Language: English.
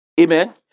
Amen